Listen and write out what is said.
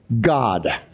God